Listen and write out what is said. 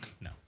No